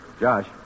Josh